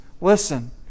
Listen